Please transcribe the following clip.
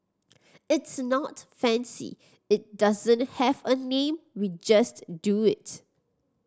it's not fancy it doesn't have a name we just do it